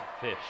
fish